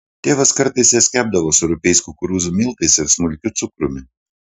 tėvas kartais jas kepdavo su rupiais kukurūzų miltais ir smulkiu cukrumi